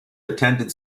attended